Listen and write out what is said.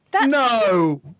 No